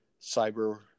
cyber